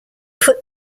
put